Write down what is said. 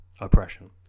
oppression